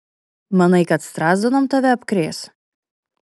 manai kad strazdanom tave apkrės